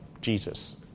Jesus